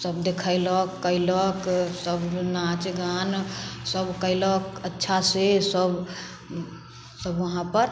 सब देखैलक कैलक सब नाच गान सब कयलक अच्छा से सब सब वहाँ पर